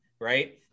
right